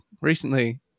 recently